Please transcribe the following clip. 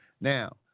Now